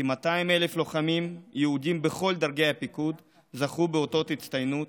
כ-200,000 לוחמים יהודים בכל דרגי הפיקוד זכו באותות הצטיינות,